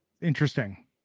interesting